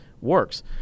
works